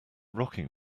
rocking